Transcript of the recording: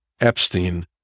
Epstein